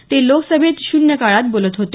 ते लोकसभेत शून्यकाळात बोलत होते